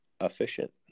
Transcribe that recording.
efficient